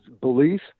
belief